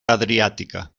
adriàtica